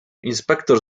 inspektor